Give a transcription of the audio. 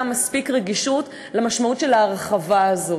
מספיק רגישות למשמעות של ההרחבה הזאת,